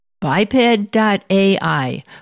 Biped.ai